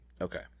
Okay